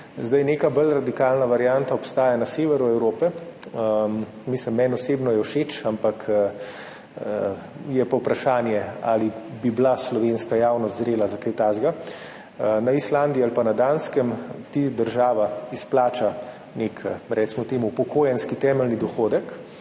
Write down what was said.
Neka bolj radikalna varianta obstaja na severu Evrope. Mislim, meni osebno je všeč, ampak je pa vprašanje, ali bi bila slovenska javnost zrela za kaj takega. Na Islandiji ali pa na Danskem ti država izplača nek, recimo temu, upokojenski temeljni dohodek,